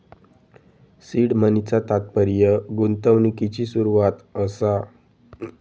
seed मनीचा तात्पर्य गुंतवणुकिची सुरवात असा